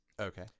Okay